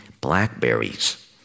blackberries